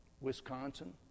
Wisconsin